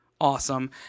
awesome